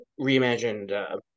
reimagined